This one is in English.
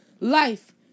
life